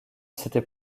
s’était